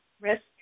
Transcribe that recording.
risk